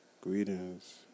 Greetings